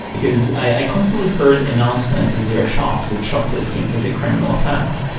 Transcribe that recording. because i constantly heard announcement in their shops that shoplifting is a criminal offence.